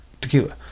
tequila